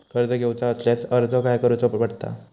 कर्ज घेऊचा असल्यास अर्ज खाय करूचो पडता?